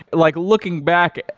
like looking back,